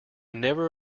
never